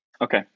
Okay